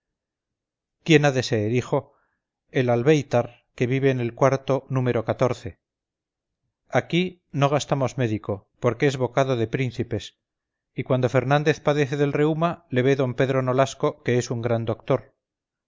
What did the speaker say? quién ha de ser hijo el albéitar que vive en el cuarto número aquí no gastamos médico porque es bocado de príncipes y cuando fernández padece del reuma le ve d pedro nolasco que es un gran doctor